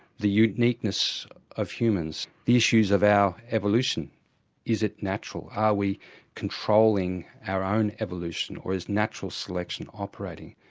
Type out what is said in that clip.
the uniqueness of humans, the issues of our evolution is it natural? are we controlling our own evolution or is natural selection operating?